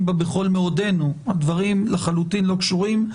בה בכל מאודנו הדברים לחלוטין לא קשורים.